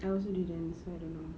I also didn't so I don't know